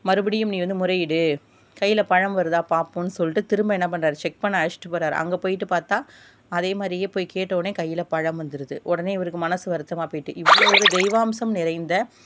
மறுபடியும் நீ வந்து முறையிடு கையில பழம் வருதா பார்ப்போன்னு சொல்லிட்டு திரும்ப என்ன பண்ணுறாரு செக் பண்ண அழைச்சிகிட்டு போறார் அங்கே போயிவிட்டு பார்த்தா அதேமாதிரியே போய் கேட்டஉடனே போய் கையில் பழம் வந்துருது உடனே இவருக்கு மனசு வருத்தமாக போயிவிட்டு இவ்வளோ தெய்வாம்சம் நிறைந்த ஒரு